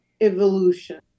evolution